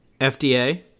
FDA